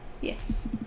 Yes